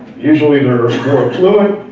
usually they're more affluent.